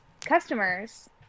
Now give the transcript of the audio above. customers